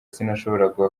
sinashoboraga